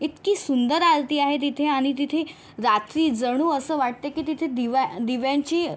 इतकी सुंदर आरती आहे तिथे आणि तिथे रात्री जणू असं वाटते की तिथे दिव्या दिव्यांची